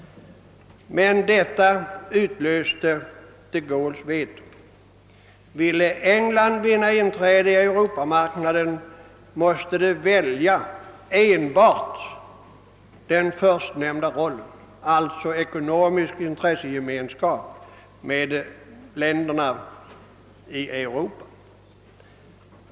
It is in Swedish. Detta utlöste de Gaulles veto — ville England vinna inträde i Europamarknaden måste det välja enbart den första rollen, alltså ekonomisk <intressegemenskap med länderna i Europa.